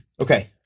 Okay